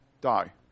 Die